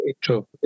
True